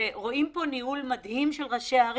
רואים פה ניהול מדהים של ראשי הערים.